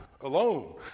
alone